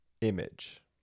image